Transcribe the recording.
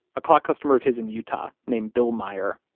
a clock customer of his in utah named bill maier,